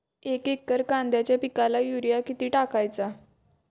एक एकर कांद्याच्या पिकाला युरिया किती टाकायचा?